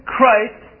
Christ